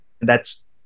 thats